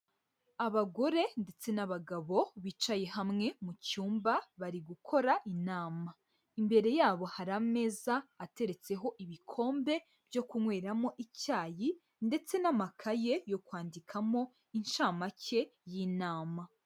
Abagore ndetse n'abagabo bicaye hamwe mu cyumba bari gukora inama, imbere yabo hari ameza ateretseho ibikombe byo kunyweramo icyayi ndetse n'amakaye yo kwandikamo incamake y'inama.